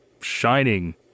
shining